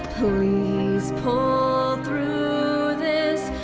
please pull through this!